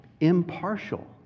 impartial